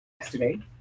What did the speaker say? yesterday